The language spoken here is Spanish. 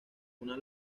una